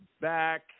back